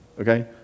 Okay